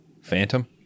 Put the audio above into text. phantom